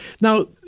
Now